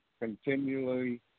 continually